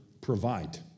provide